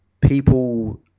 people